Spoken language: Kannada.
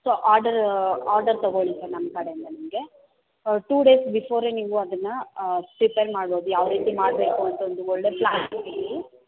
ಸೊ ಆರ್ಡರ್ ಆರ್ಡರ್ ತಗೋಳ್ಳಿ ಸರ್ ನಮ್ಮ ಕಡೆಯಿಂದ ನಿಮಗೆ ಟೂ ಡೇಸ್ ಬಿಫೋರೇ ನೀವು ಅದನ್ನು ಪ್ರಿಪೇರ್ ಮಾಡ್ಬೋದು ಯಾವ ರೀತಿ ಮಾಡಬೇಕು ಅಂತ ಒಂದು ಒಳ್ಳೆ ಪ್ಲಾನಿಂಗ್ ಇರಲಿ